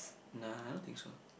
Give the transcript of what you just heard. nah I don't think so